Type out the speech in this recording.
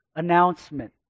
announcement